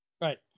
Right